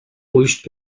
pójść